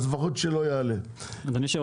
אדוני,